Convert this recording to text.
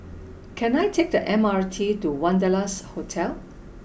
can I take the M R T to Wanderlust Hotel